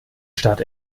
stadt